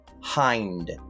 Hind